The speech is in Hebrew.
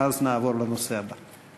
ואז נעבור לנושא הבא.